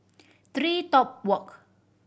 TreeTop Walk